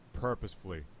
purposefully